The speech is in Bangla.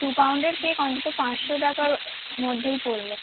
দু পাউন্ডের কেক অন্তত পাঁচশো টাকার মধ্যেই পড়বে